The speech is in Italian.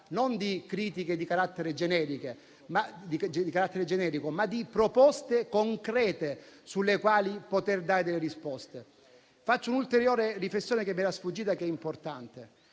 non di critiche di carattere generico, ma di proposte concrete sulle quali poter dare risposte. Faccio un'ulteriore riflessione che era sfuggita e che è importante,